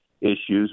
issues